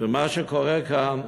ומה שקורה כאן,